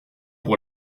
pour